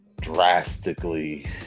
drastically